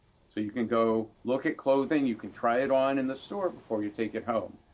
so you can go look at clothing. you can try it on in the store before you take it home.